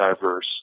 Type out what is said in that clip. diverse